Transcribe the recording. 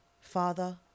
Father